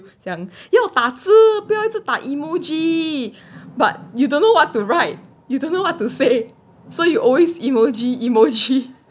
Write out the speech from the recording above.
讲要打字不要一直打 emoji but you don't know what to write you don't know what to say so you always emoji emoji